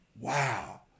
Wow